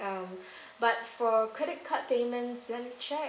uh but for credit card payment let me check